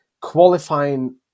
qualifying